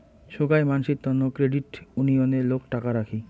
সোগাই মানসির তন্ন ক্রেডিট উনিয়ণে লোক টাকা রাখি